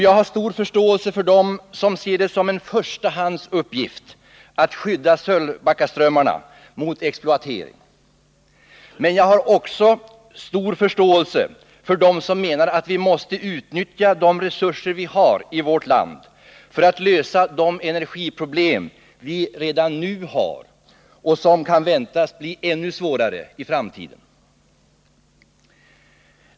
Jag har stor förståelse för dem som ser det som en förstahandsuppgift att skydda Sölvbackaströmmarna mot exploatering, men jag har också stor förståelse för dem som menar att vi måste utnyttja de resurser vi har i vårt land för att lösa de energiproblem som vi redan nu har och som kan väntas bli ännu svårare i framtiden.